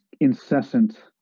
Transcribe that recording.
incessant